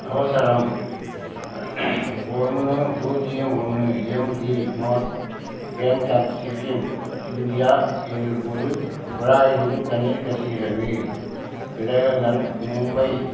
அவசரம் ஒன்று பூஜ்ஜியம் ஒன்று M G Marg Gangtok Sikkim India இல் ஒரு குழாயிலிருந்து தண்ணீர் கசிகிறது பிரஹன் மும்பை